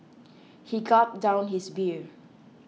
he gulped down his beer